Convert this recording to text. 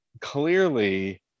clearly